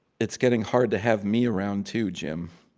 it's getting hard to have me around too, jim.